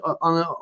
On